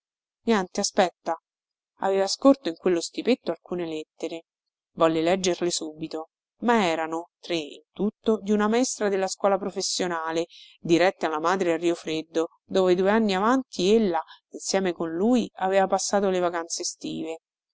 niente aspetta aveva scorto in quello stipetto alcune lettere volle leggerle subito ma erano tre in tutto di una maestra della scuola professionale dirette alla madre a rio freddo dove due anni avanti ella insieme con lui aveva passato le vacanze estive